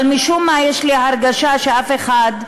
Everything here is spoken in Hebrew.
אבל משום מה, יש לי הרגשה שאף אחד,